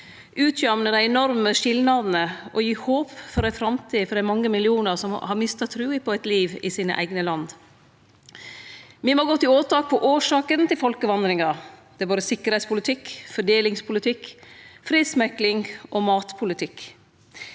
utjamne dei enorme skilnadene og gi håp for ei framtid for dei mange millionane som har mista trua på eit liv i sine eigne land. Me må gå til åtak på årsakene til folkevandringa. Det er både sikkerheitspolitikk, fordelingspolitikk, fredsmekling og matpolitikk.